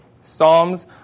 Psalms